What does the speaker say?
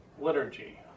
Liturgy